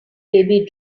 baby